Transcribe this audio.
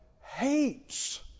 hates